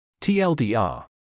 TLDR